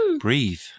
breathe